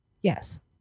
yes